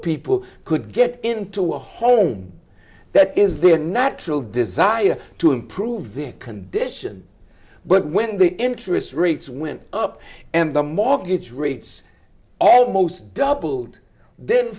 people could get into a home that is their natural desire to improve their condition but when the interest rates went up and the mortgage rates almost doubled then